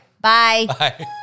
Bye